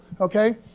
Okay